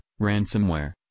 ransomware